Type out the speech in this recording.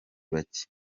bacye